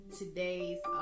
today's